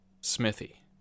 Smithy